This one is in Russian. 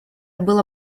было